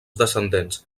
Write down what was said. descendents